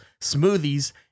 smoothies